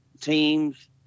teams